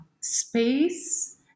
space